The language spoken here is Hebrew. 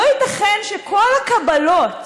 לא ייתכן שכל הקבלות,